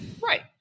Right